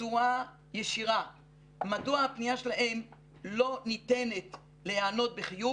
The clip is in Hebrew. בצורה ישירה מדוע הפניה שלהם לא ניתנת להיענות בחיוב.